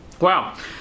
Wow